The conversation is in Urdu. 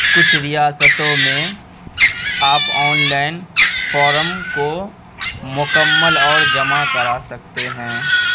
کچھ ریاستوں میں آپ آنلائن فارم کو مکمل اور جمع کرا سکتے ہیں